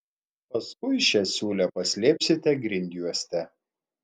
paskui šią siūlę paslėpsite grindjuoste